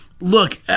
look